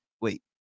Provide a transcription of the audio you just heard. wait